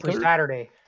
Saturday